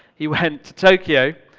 he went to tokyo,